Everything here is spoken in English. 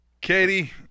Katie